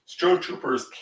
Stormtroopers